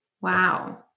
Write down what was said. wow